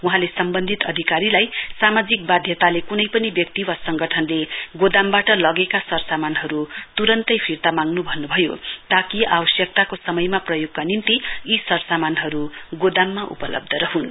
वहाँले सम्वन्धित अधिकारीलाई सामाजिक वाध्यताले कुनै पनि व्यक्ति वा संगठंनले गोदामवाट लगेका सरसामानहरु तुरन्तै फिर्ता माग्नु भन्नुभयो ताकि आवश्यक्ताको समयमा प्रयोगका निम्ति यो सरसामानहरु गोदाममा उपलब्ध रहुन्